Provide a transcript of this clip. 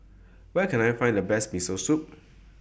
Where Can I Find The Best Miso Soup